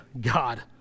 God